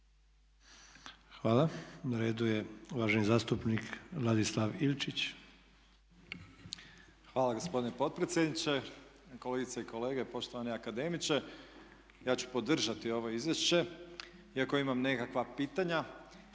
Hvala. Na redu je uvaženi zastupnik Ladislav Ilčić. **Ilčić, Ladislav (HRAST)** Hvala gospodine potpredsjedniče, kolegice i kolege, poštovani akademiče. Ja ću podržati ovo izvješće iako imam nekakva pitanja.